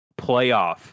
playoff